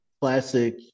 classic